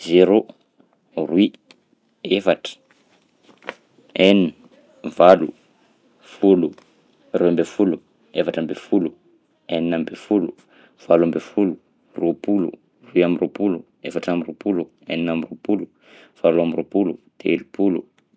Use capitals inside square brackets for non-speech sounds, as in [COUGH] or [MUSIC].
Zéro, roy, efatra, [NOISE] enina, valo, folo, roy amby folo, efatra amby folo, enina amby folo, valo amby folo, roapolo, roy amby roapolo, efatra amby roapolo, enina amby roapolo, valo amby roapolo, telopolo.